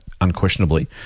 Unquestionably